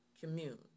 commune